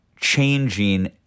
changing